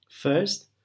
First